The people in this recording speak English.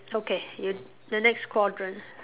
okay you the next quadrant